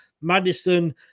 Madison